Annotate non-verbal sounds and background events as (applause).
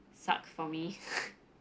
sucks for me (noise)